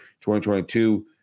2022